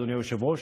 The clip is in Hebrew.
אדוני היושב-ראש,